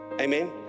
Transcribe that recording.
Amen